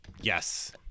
yes